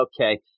okay